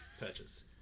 purchase